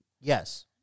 Yes